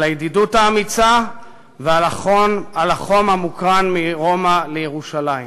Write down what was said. על הידידות האמיצה ועל החום המוקרן מרומא לירושלים.